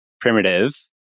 primitive